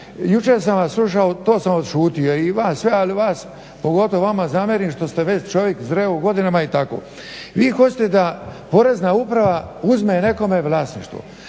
Jučer sam vas slušao to sam odšutio i vas sve ali vas pogotovo vama zamjeram što ste već čovjek zreo u godinama i tako. Vi hoćete da Porezna uprava uzme nekome vlasništvo,